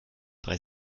drei